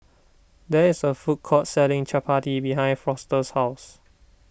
there is a food court selling Chappati behind Foster's house